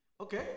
Okay